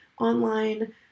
online